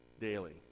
daily